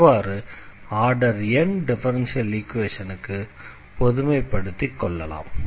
இவ்வாறு order n differential ஈக்வேஷனுக்கு பொதுமை படுத்திக்கொள்ளலாம்